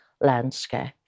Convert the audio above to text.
landscape